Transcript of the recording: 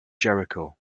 jericho